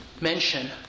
mention